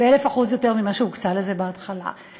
ב-1,000% יותר ממה שהוקצה לזה בהתחלה.